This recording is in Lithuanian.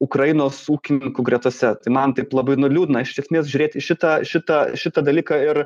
ukrainos ūkininkų gretose tai man taip labai nu liūdna iš esmės žiūrėt į šitą šitą šitą dalyką ir